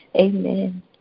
Amen